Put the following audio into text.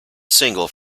single